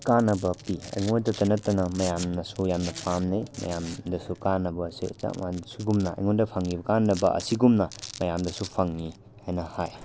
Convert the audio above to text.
ꯀꯥꯟꯅꯕ ꯄꯤ ꯑꯩꯉꯣꯟꯗꯗ ꯅꯠꯇꯅ ꯃꯌꯥꯝꯅꯁꯨ ꯌꯥꯝꯅ ꯄꯥꯟꯅꯩ ꯃꯌꯥꯝꯗꯁꯨ ꯀꯥꯟꯅꯕ ꯑꯁꯤ ꯑꯁꯨꯒꯨꯝꯅ ꯑꯩꯉꯣꯟꯗ ꯐꯪꯏꯕ ꯀꯥꯟꯅꯕ ꯑꯁꯤꯒꯨꯝꯅ ꯃꯌꯥꯝꯗꯁꯨ ꯐꯪꯏ ꯍꯥꯏꯅ ꯍꯥꯏ